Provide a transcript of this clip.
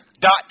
dot